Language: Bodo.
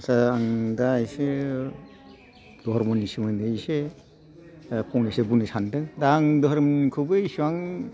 आदसा आं दा एसे धरमनि सोमोन्दै एसे फंनैसो बुंनो सानदों दा आं धोरोमखौबो एसेबां